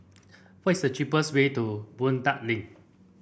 what is the cheapest way to Boon Tat Link